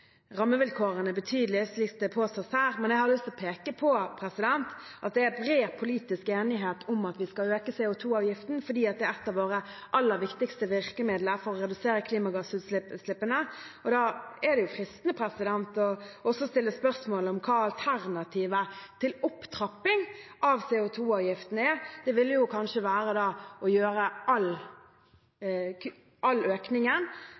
rammevilkårene betydelig, slik det påstås her. Jeg har lyst til å peke på at det er bred politisk enighet om at vi skal øke CO 2 -avgiften, fordi det er et av våre aller viktigste virkemidler for å redusere klimagassutslippene. Det er fristende å stille spørsmålet om hva alternativet til opptrapping av CO 2 -avgiften er. Det ville kanskje være å gjøre